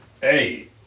Hey